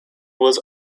was